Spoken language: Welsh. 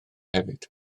hefyd